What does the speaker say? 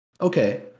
okay